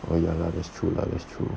well ya lah that's true lah that's true